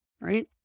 right